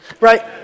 Right